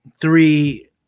three